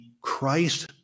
Christ